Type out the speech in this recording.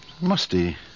Musty